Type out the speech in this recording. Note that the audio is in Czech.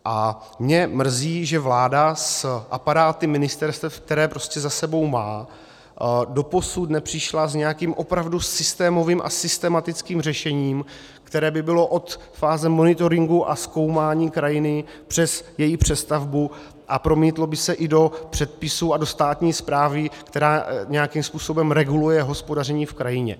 A mě mrzí, že vláda s aparáty ministerstev, které za sebou má, doposud nepřišly s nějakým opravdu systémovým a systematickým řešením, které by bylo od fáze monitoringu a zkoumání krajiny přes její přestavbu a promítlo by se i do předpisů a do státní správy, která nějakým způsobem reguluje hospodaření v krajině.